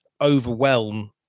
overwhelm